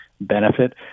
benefit